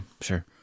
Sure